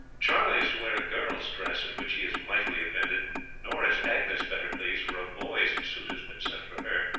charlie is to wear a girl's dress, at which he is mightily offended nor is agnes better pleased, for a boy's suit has been sent for her.